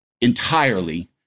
entirely